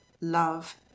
love